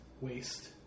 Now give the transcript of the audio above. waste